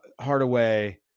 hardaway